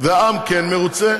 והעם כן מרוצה,